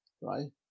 right